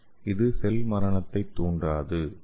இது செல் மரணத்தைத் தூண்டாது